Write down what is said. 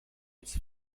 his